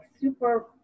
super